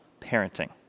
parenting